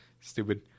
Stupid